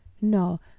no